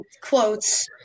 quotes